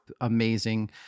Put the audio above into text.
amazing